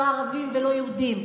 לא ערבים ולא יהודים.